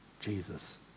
Jesus